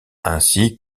ainsi